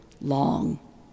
long